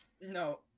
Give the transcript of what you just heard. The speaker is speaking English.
No